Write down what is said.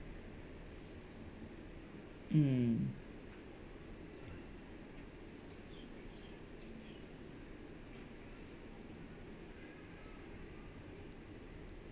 mm